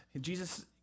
Jesus